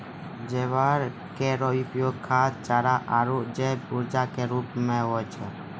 ज्वार केरो उपयोग खाद्य, चारा आरु जैव ऊर्जा क रूप म होय छै